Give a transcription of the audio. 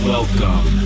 Welcome